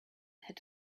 had